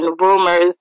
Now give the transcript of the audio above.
rumors